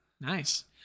Nice